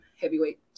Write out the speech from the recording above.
heavyweight